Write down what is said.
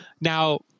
Now